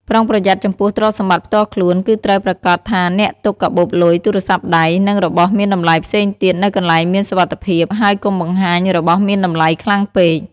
ប្រុងប្រយ័ត្នចំពោះទ្រព្យសម្បត្តិផ្ទាល់ខ្លួន គឺត្រូវប្រាកដថាអ្នកទុកកាបូបលុយ ទូរស័ព្ទដៃ និងរបស់មានតម្លៃផ្សេងទៀតនៅកន្លែងមានសុវត្ថិភាព ហើយកុំបង្ហាញរបស់មានតម្លៃខ្លាំងពេក។